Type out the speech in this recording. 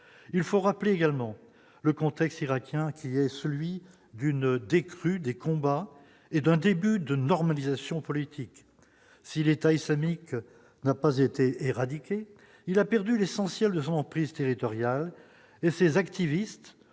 il faut rappeler également le contexte irakien, qui est celui d'une décrue des combats et d'un début de normalisation politique si l'État islamique n'a pas été éradiqués, il a perdu l'essentiel de son emprise territoriale et ces activistes